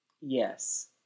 Yes